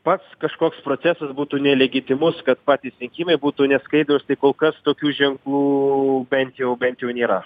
pats kažkoks procesas būtų nelegitimus kad patys rinkimai būtų neskaidrūs tai kol kas tokių ženklų bent jau bent jau nėra